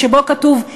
שבו כתוב: